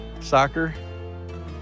soccer